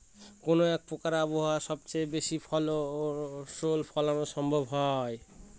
কোন প্রকার আবহাওয়ায় সবচেয়ে বেশি ফসল ফলানো সম্ভব হয়?